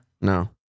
No